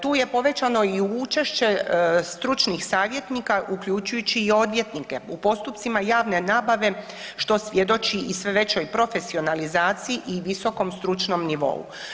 Tu je povećano i učešće stručnih savjetnika uključujući i odvjetnike u postupcima javne nabave što svjedoči i sve većoj profesionalizaciji i visokom stručnom nivou.